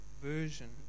version